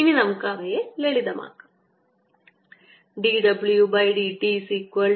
ഇനി നമുക്ക് അവയെ ലളിതമാക്കാം